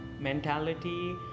mentality